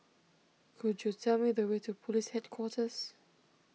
could you tell me the way to Police Headquarters